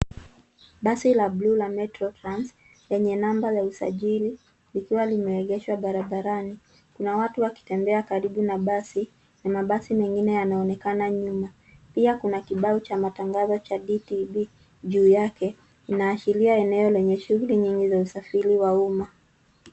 Basi la bluu la Metro Trans lenye namba ya usajili likiwa limeegeshwa barabarani. Kuna watu wakitembea karibu na basi na mabasi mengine yanaonekana nyuma. Pia kuna kibao cha matangazo cha {cs]DTB juu yake, inaashiria eneo lenye shuguli nyingi za usafiri wa umma.